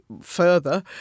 further